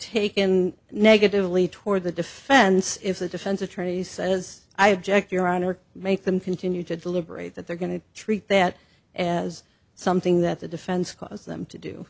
taken negatively toward the defense if the defense attorney says i object your honor make them continue to deliberate that they're going to treat that as something that the defense cause them to do